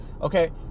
Okay